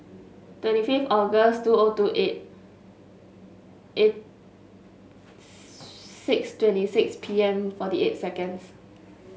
twenty fifth August two O two eight eight six twenty six P M forty eight seconds